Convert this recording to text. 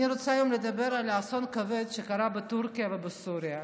אני רוצה לדבר היום על האסון הכבד שקרה בטורקיה ובסוריה.